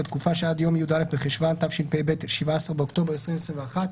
בתקופה שעד יום י"א בחשוון התשפ"ב (17 באוקטובר 2021),